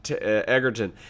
Egerton